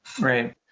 Right